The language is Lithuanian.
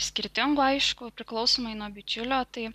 skirtingų aišku priklausomai nuo bičiulio tai